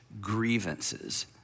grievances